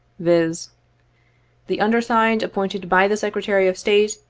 viz the undersigned appointed by the secretary of state,